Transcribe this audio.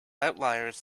outliers